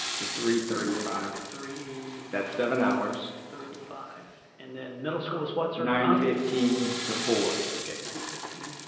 to three thirty five. three. that's seven hours. thirty five and then middle school is what, sir? nine fifteen to four. okay, nine fifteen.